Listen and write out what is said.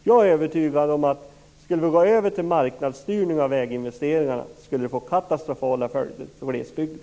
Jag är övertygad om att en övergång till marknadsstyrning av väginvesteringarna skulle få katastrofala följder för glesbygden.